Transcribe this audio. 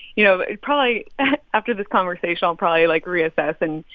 you know, probably after this conversation, i'll probably, like, reassess and.